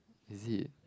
is it